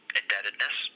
indebtedness